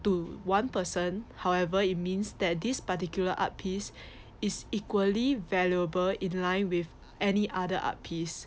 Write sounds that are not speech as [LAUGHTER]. to one person however it means that this particular art piece [BREATH] is equally valuable in line with any other art piece